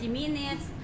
minutes